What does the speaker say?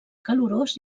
calorós